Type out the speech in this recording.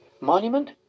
Monument